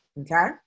okay